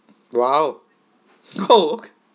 !wow! (ho)